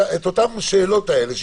את אותן השאלות האלה,